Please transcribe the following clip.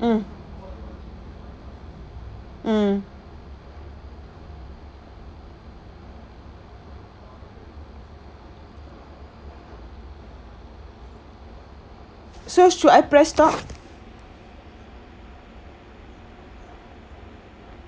mm mm so should I press stop